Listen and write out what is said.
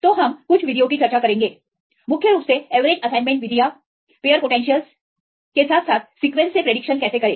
तो हम कुछ विधियो की चर्चा करेंगे मुख्य रूप से एवरेज असाइनमेंट विधियों पेयर पोटेंशियलस के साथ साथ सीक्वेंस से प्रेडिक्शन कैसे करें